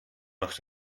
noch